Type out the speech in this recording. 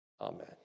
Amen